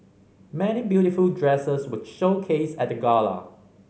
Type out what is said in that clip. many beautiful dresses were showcased at the gala